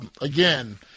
again